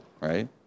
right